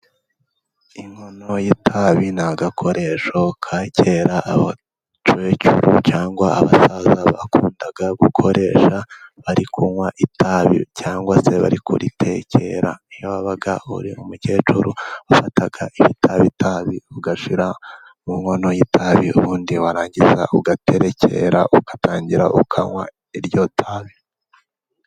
Inkono y'itabi ni agakoresho ka kera abakecuru cyangwa abasaza bakunda gukoresha bari kunywa itabi cyangwa se bari kuritekera. Iyo wabaga uri umukecuru wafataga ibitabi ugashyira mu nkono y'itabi ubundi warangiza ugaterekera ugatangira ukanywa iryo tabi.